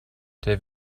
der